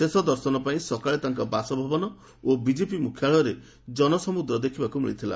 ଶେଷ ଦର୍ଶନ ପାଇଁ ସକାଳେ ତାଙ୍କ ବାସଭବନ ଓ ବିଜେପି ମୁଖ୍ୟାଳୟରେ ଜନସମୁଦ୍ର ଦେଖିବାକୁ ମିଳିଥିଲା